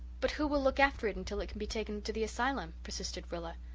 but who will look after it until it can be taken to the asylum? persisted rilla.